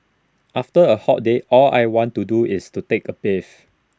after A hot day all I want to do is to take A bathe